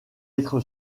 être